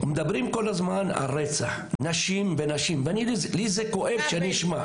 מדברים כל הזמן על רצח נשים ונשים ולי זה כואב שנשמע,